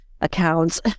accounts